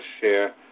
share